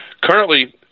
Currently